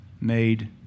made